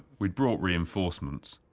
we'd brought reinforcements.